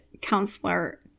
counselor